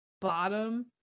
bottom